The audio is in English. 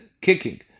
kicking